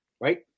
right